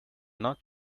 not